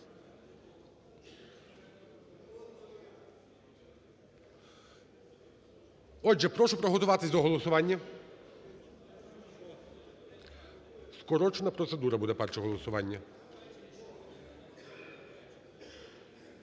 Отже, прошу приготуватись до голосування. Скорочена процедура буде перше голосування.